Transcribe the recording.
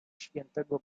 świętego